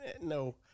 no